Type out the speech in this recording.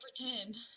pretend